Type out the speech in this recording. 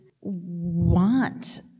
want